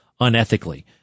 unethically